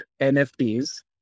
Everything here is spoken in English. NFTs